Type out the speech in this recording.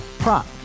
Prop